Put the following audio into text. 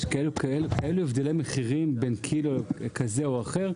כאלה הבדלי מחירים בין קילוגרם כזה או אחר.